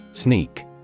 Sneak